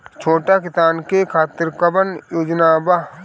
छोटा किसान के खातिर कवन योजना बा?